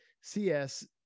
CS